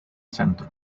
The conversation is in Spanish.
centro